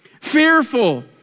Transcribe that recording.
fearful